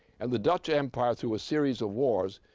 and the dutch empire through a series of wars,